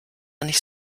nicht